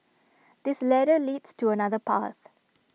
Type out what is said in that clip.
this ladder leads to another path